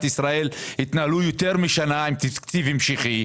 ישראל התנהלו יותר משנה עם תקציב המשכי,